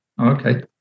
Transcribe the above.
Okay